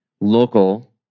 local